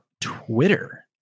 Twitter